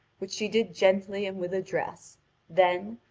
which she did gently and with address then,